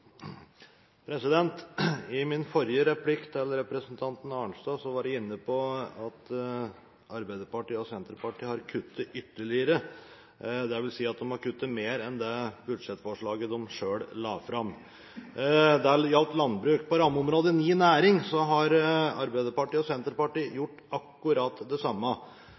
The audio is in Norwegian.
det. I min forrige replikk – til representanten Arnstad – var jeg inne på at Arbeiderpartiet og Senterpartiet har kuttet ytterligere, dvs. at de har kuttet mer enn det budsjettforslaget de selv la fram. Det gjaldt landbruk. På rammeområdet 9, næring, har Arbeiderpartiet og Senterpartiet gjort akkurat det samme.